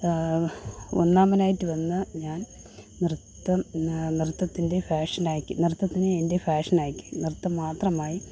ഒന്നാമനായിട്ട് വന്ന് ഞാൻ നൃത്തം നൃത്തനത്തിൻ്റെ പാഷനാക്കി നൃത്തത്തിനെ എൻ്റെ പാഷനാക്കി നൃത്തം മാത്രമായി